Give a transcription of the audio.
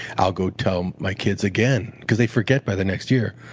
i'll go tell my kids again, because they forget by the next year,